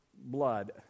blood